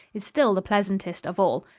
is still the pleasantest of all.